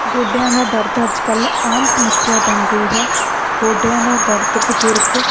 ਗੋਡਿਆਂ ਦਾ ਦਰਦ ਅੱਜ ਕੱਲ੍ਹ ਆਮ ਸਮੱਸਿਆ ਬਣ ਗਈ ਹੈ ਗੋਡਿਆਂ ਦਾ ਦਰਦ ਬਜ਼ੁਰਗ